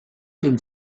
can